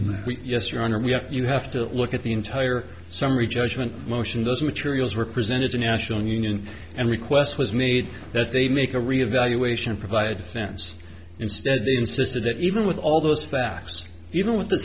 more than yes your honor we have you have to look at the entire summary judgment motion those materials were presented to national union and request was made that they make a reevaluation provide defense instead they insisted that even with all those facts even with th